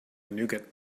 nougat